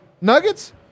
Nuggets